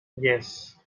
yes